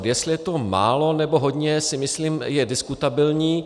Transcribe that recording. Jestli je to málo, nebo hodně, si myslím, je diskutabilní.